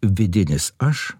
vidinis aš